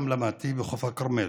ושם למדתי, בחוף הכרמל.